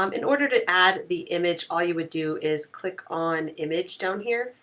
um in order to add the image, all you would do is click on image down here,